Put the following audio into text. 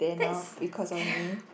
that's